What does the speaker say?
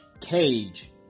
Cage